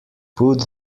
put